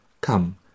come